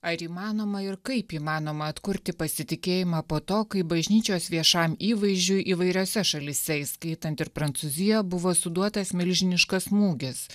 ar įmanoma ir kaip įmanoma atkurti pasitikėjimą po to kai bažnyčios viešajam įvaizdžiui įvairiose šalyse įskaitant ir prancūziją buvo suduotas milžiniškas smūgis